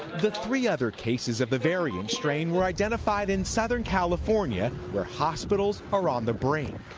the three other cases of the variant strain were identified in southern california, where hospitals are on the brink.